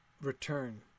return